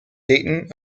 dayton